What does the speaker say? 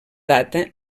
data